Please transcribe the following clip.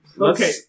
Okay